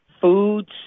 Foods